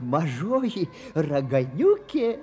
mažoji raganiukė